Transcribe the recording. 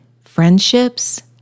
friendships